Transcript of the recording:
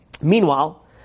Meanwhile